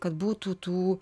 kad būtų tų